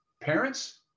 Parents